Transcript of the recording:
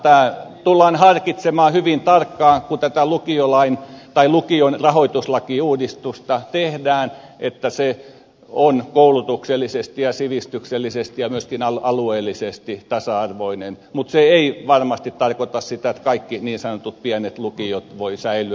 tämä tullaan harkitsemaan hyvin tarkkaan kun lukion rahoituslakiuudistusta tehdään että se on koulutuksellisesti ja sivistyksellisesti ja myöskin alueellisesti tasa arvoinen mutta se ei varmasti tarkoita sitä että kaikki niin sanotut pienet lukiot voivat säilyä